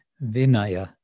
vinaya